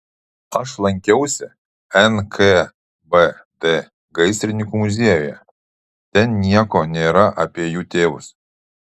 aš lankiausi nkvd gaisrininkų muziejuje ten nieko nėra apie jų tėvus